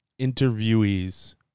interviewees